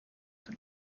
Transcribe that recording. for